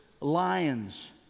lions